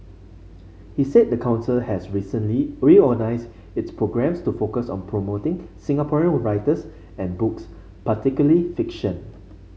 he said the council has recently reorganised its programmes to focus on promoting Singaporean writers and books particularly fiction